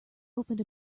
opened